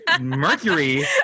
Mercury